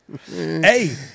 Hey